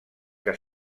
que